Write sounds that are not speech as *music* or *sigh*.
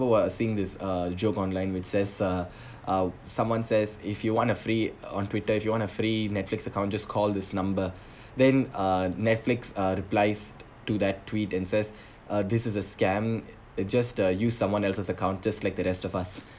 seeing this uh joke online which says uh *breath* uh someone says if you want a free on twitter if you want a free netflix account just call this number *breath* then uh netflix uh replies to that tweet and says *breath* uh this is a scam uh just uh use someone else's account just like the rest of us